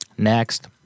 Next